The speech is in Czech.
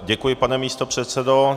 Děkuji, pane místopředsedo.